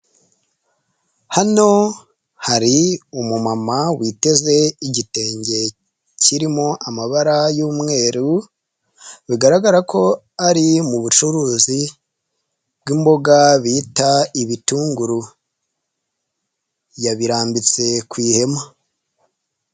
Hano hari umu mama witeze igitenge kirimo amabara y'umweru, bigaragara ko ari mubucuruzi bw'imboga bita ibitunguru, yabirambitse ku ihema.